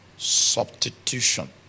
Substitution